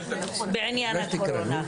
בעניין הקורונה,